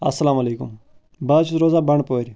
اَلسَلامُ علیکُم بہٕ حظ چھُس روزان بنڈٕ پورِ